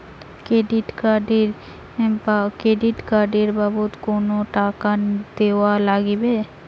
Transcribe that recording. Credit card এর বাবদ কতো টাকা দেওয়া লাগবে?